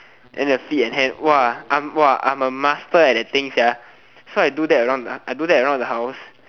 then the feet and hand !wah! I'm !wah! I'm a master at that thing so I do that around I do that around the house